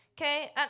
Okay